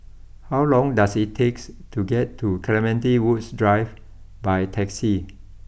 how long does it takes to get to Clementi Woods Drive by taxi